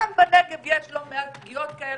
גם בנגב יש לא מעט פגיעות כאלה,